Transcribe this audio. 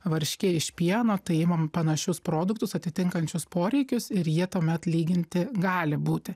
varškė iš pieno tai imam panašius produktus atitinkančius poreikius ir jie tuomet lyginti gali būti